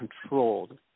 controlled